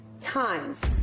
times